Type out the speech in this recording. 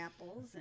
apples